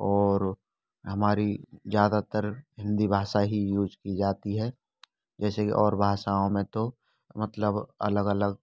और हमारी ज़्यादातर हिंदी भाषा ही यूज़ की जाती है जैसे की और भाषाओं में तो मतलब अलग अलग